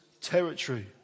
territory